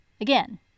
Again